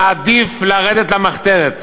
נעדיף לרדת למחתרת,